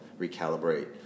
recalibrate